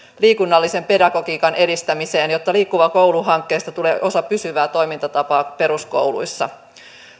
liikunnallisen pedagogiikan edistämiseen jotta liikkuva koulu hankkeesta tulee osa pysyvää toimintatapaa peruskouluissa